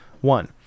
One